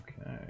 Okay